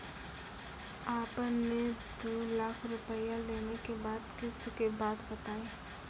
आपन ने दू लाख रुपिया लेने के बाद किस्त के बात बतायी?